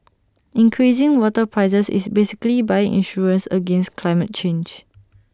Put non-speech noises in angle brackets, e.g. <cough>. increasing water prices is basically buying insurance against climate change <noise>